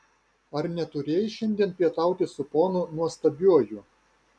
ar neturėjai šiandien pietauti su ponu nuostabiuoju